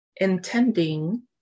Intending